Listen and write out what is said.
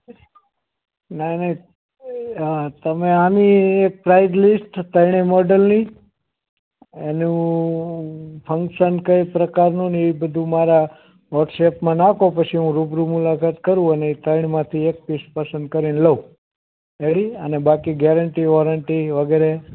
ના ના હા તમે આની પ્રાઇસ લિસ્ટ ત્રણે મોડેલની એનું ફંક્શન કઈ પ્રકારનું ને એ બધુ મારાં વોટ્સએપમાં નાખો પછી હું રુબરુ મુલાકાત કરું અને એ ત્રણમાંથી એક પીસ પસંદ કરીને લઉં રેડી અને બાકી ગેરંટી વોરંટી વગેરે